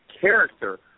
character